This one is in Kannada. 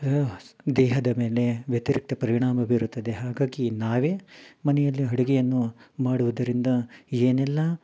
ದೇಹದ ಮೇಲೆ ವ್ಯತಿರಿಕ್ತ ಪರಿಣಾಮ ಬೀರುತ್ತದೆ ಹಾಗಾಗಿ ನಾವೇ ಮನೆಯಲ್ಲಿ ಅಡುಗೆಯನ್ನು ಮಾಡುವುದರಿಂದ ಏನೆಲ್ಲ